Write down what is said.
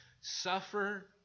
suffer